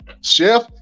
Chef